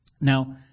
Now